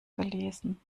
gelesen